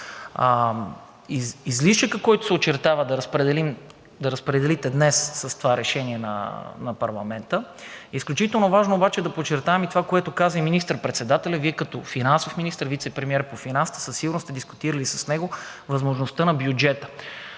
излишъка, който се очертава да разпределите днес с това решение на парламента. Изключително важно е да подчертаем и това, което каза министър-председателят, а Вие като финансов министър и вицепремиер по финансите със сигурност сте дискутирали с него възможността за бюджета